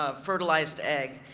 ah fertilized egg.